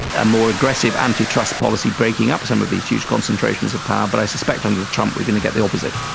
and more aggressive anti-trust policy breaking up some of these huge concentrations of power. but i suspect under trump we are going to get the opposite.